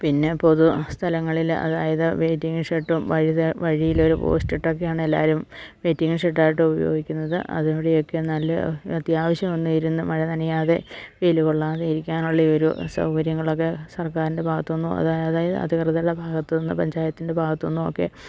പിന്നെ പൊതു സ്ഥലങ്ങളില് അതായത് വെയ്റ്റിംഗ് ഷെഡും വഴി വഴിയിലൊരു പോസ്റ്റിട്ടൊക്കെയാണ് എല്ലാവരും വെയിറ്റിങ് ഷെഡായിട്ട് ഉപയോഗിക്കുന്നത് അതിലൂടെയൊക്കെ നല്ല അത്യാവശ്യം ഒന്ന് ഇരുന്ന് മഴ നനയാതെ വെയില് കൊള്ളാതെ ഇരിക്കാനുള്ള ഒരു സൗകര്യങ്ങളൊക്കെ സർക്കാരിൻ്റെ ഭാഗത്ത് നിന്ന് അതായത് അധികൃതരുടെ ഭാഗത്ത് നിന്ന് പഞ്ചായത്തിൻ്റെ ഭാഗത്ത് നിന്നും ഒക്കെ